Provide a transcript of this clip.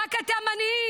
רק אתה מנהיג.